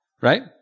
right